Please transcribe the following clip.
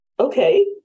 Okay